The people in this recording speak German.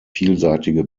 vielseitige